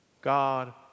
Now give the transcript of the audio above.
God